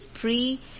pre